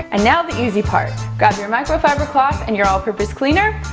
and now the easy part. grab your microfiber cloth and your all-purpose cleaner.